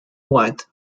white